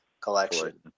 collection